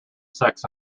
sex